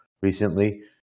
recently